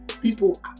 people